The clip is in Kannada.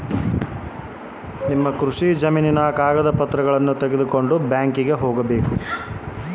ಕೃಷಿ ಸಾಲವನ್ನು ಪಡೆಯಲು ನಾನು ಏನು ಮಾಡಬೇಕು?